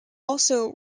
also